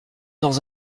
dans